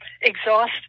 exhaust